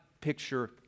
picture